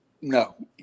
No